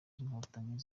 z’inkotanyi